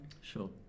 Sure